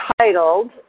titled